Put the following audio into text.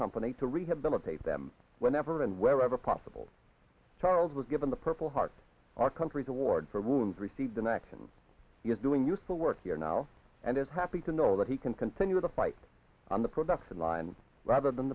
company to rehabilitate them whenever and wherever possible charles was given the purple heart our country's award for wounds received in action he is doing useful work here now and is happy to know that he can continue to fight on the production line rather than